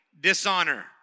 dishonor